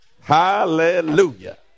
Hallelujah